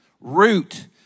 Root